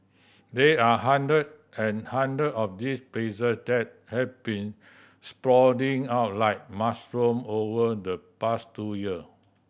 there are hundred and hundred of these places that have been sprouting up like mushroom over the past two year